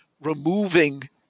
removing